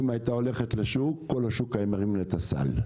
כאשר אימא הייתה הולכת לשוק כל השוק היה מרים לה את הסל.